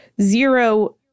zero